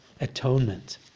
atonement